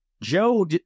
Joe